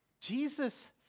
Jesus